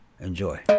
Enjoy